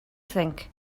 think